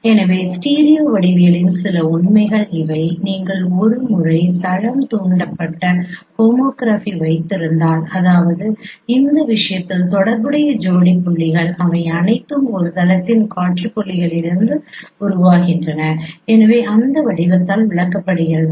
எனவே ஸ்டீரியோ வடிவியலின் சில உண்மைகள் இவை நீங்கள் ஒரு முறை தளம் தூண்டப்பட்ட ஹோமோகிராஃபி வைத்திருந்தால் அதாவது இந்த விஷயத்தில் தொடர்புடைய ஜோடி புள்ளிகள் அவை அனைத்தும் ஒரு தளத்தின் காட்சி புள்ளிகளிலிருந்து உருவாகின்றன எனவே அந்த வடிவத்தால் விளக்கப்படுகிறது